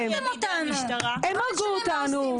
הם הרגו אותנו.